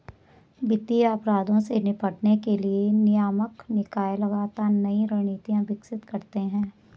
वित्तीय अपराधों से निपटने के लिए नियामक निकाय लगातार नई रणनीति विकसित करते हैं